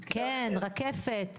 כן, רקפת